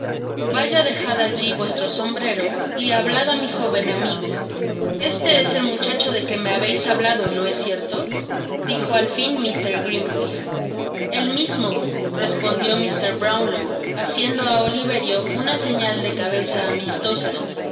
vaya dejad alli vuestro sombrero y hablad á mi joven amigo este es el muchacho de que me habeis hablado no es cierto dijo al fin mr grimwig el mismo respondió mr brownlow haciendo áoliverio una señal de cabeza amistosa